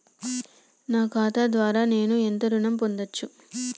నా ఖాతా ద్వారా నేను ఎంత ఋణం పొందచ్చు?